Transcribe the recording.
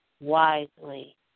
wisely